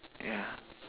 yeah